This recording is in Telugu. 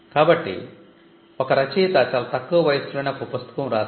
కాబట్టి ఒక రచయిత చాలా తక్కువ వయస్సులోనే ఒక పుస్తకం రాస్తే